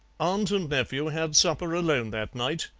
and nephew had supper alone that night,